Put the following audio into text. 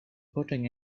putting